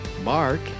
Mark